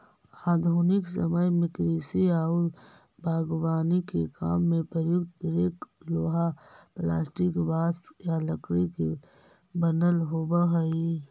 आधुनिक समय में कृषि औउर बागवानी के काम में प्रयुक्त रेक लोहा, प्लास्टिक, बाँस या लकड़ी के बनल होबऽ हई